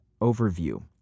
overview